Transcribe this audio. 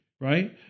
right